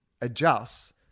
adjusts